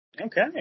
Okay